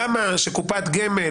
למה שקופת גמל,